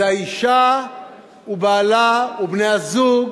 זה האשה ובעלה, בני-הזוג